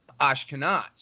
Ashkenaz